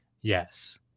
yes